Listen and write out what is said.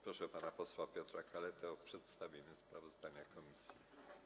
Proszę pana posła Piotra Kaletę o przedstawienie sprawozdania komisji.